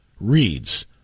reads